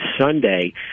Sunday